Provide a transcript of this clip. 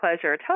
pleasure